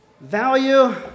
value